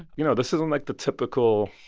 you know, this isn't, like, the typical.